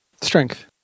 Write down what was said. Strength